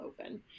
open